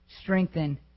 strengthen